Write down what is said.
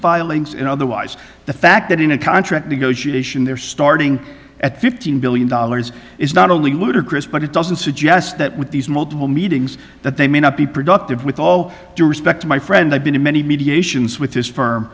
filings and otherwise the fact that in a contract negotiation they're starting at fifteen billion dollars is not only ludicrous but it doesn't suggest that with these multiple meetings that they may not be productive with all due respect to my friend i've been to many mediations wit